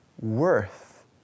worth